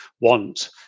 want